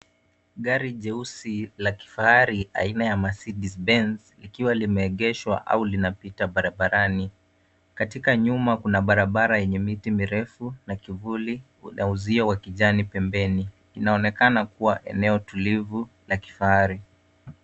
Gari jeusi la kifahari aina ya Mercedes Benz, likiwa limeegeshwa au linapita barabarani. Katika nyuma kuna barabara yenye miti mirefu, na kivuli, na uzio wa kijani pembeni. Inaonekana kua eneo tulivu la kifahari.